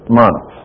month